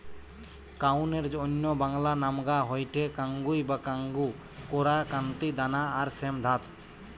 কাউনের অন্য বাংলা নামগা হয়ঠে কাঙ্গুই বা কাঙ্গু, কোরা, কান্তি, দানা আর শ্যামধাত